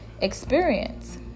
experience